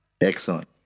Excellent